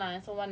six